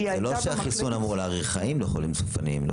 החיסון לא אמור להאריך חיים בחולים סופניים.